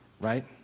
right